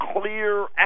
clear